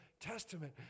Testament